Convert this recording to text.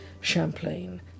Champlain